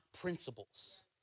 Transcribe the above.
principles